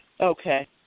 Okay